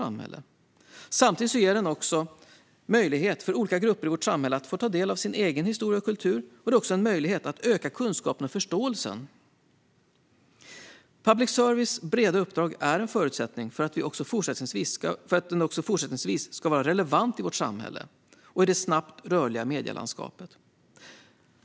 Samtidigt ger det också en möjlighet för olika grupper i vårt samhälle att få ta del av sin egen historia och kultur. Det är även en möjlighet att öka kunskapen och förståelsen. Public services breda uppdrag är en förutsättning för att också fortsättningsvis vara relevant i vårt samhälle och i det snabbt rörliga medielandskapet.